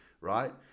right